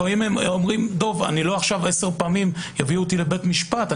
לפעמים אומר: לא עכשיו יביאו אותי עשר פעמים לבית משפט.